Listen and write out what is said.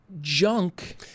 Junk